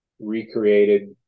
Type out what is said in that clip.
recreated